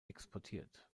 exportiert